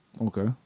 Okay